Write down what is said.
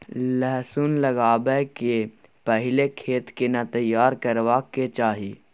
लहसुन लगाबै के पहिले खेत केना तैयार करबा के चाही?